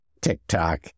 TikTok